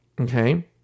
Okay